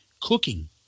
cooking